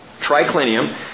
Triclinium